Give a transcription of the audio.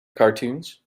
cartoons